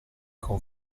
con